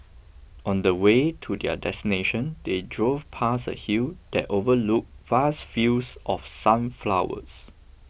on the way to their destination they drove past a hill that overlooked vast fields of sunflowers